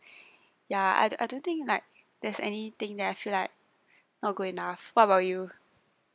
yeah I don't I don't think like there's anything that I feel like not good enough what about you